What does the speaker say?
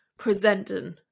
presenting